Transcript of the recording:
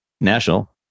national